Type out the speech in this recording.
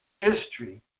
history